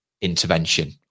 intervention